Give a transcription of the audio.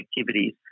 Activities